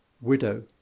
widow